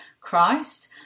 Christ